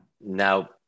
now